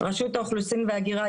רשות האוכלוסין וההגירה,